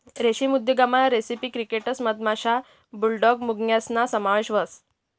रेशीम उद्योगमा रेसिपी क्रिकेटस मधमाशा, बुलडॉग मुंग्यासना समावेश व्हस